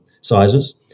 sizes